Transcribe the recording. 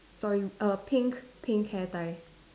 sorry err pink pink hair tie